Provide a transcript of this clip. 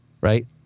right